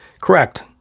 Correct